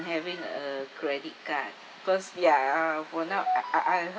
having a credit card cause ya for now I I I heard